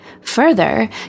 Further